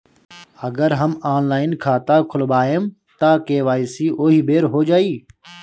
अगर हम ऑनलाइन खाता खोलबायेम त के.वाइ.सी ओहि बेर हो जाई